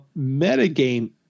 metagame